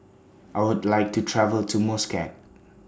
I Would like to travel to Muscat